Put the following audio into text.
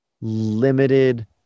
limited